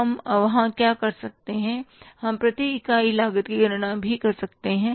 हम वहाँ क्या कर सकते हैं हम प्रति इकाई लागत की गणना भी कर सकते हैं